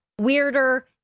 weirder